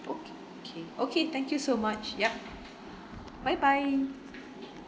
okay okay thank you so much yup bye bye